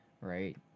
right